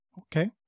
Okay